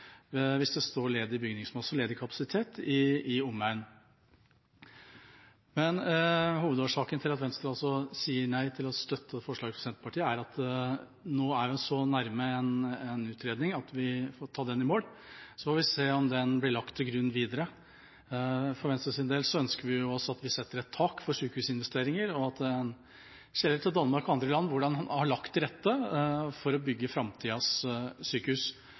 hvis det står ledig bygningsmasse og ledig kapasitet i omegnen. Hovedårsaken til at Venstre sier nei til å støtte forslaget fra Senterpartiet, er at vi nå er så nær en utredning at vi må få den i mål. Så får vi se om den blir lagt til grunn videre. Venstre ønsker at vi setter et tak for sykehusinvesteringer, og at vi skjeler til Danmark og andre land for å se hvordan de har lagt til rette for å bygge framtidas sykehus.